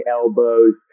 elbows